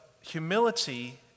humility